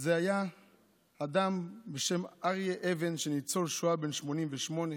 היה אדם בשם אריה אבן, שהוא ניצול שואה בן 88,